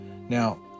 Now